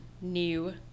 new